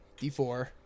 D4